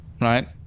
Right